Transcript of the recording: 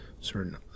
certain